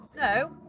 No